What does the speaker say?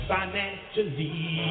Financially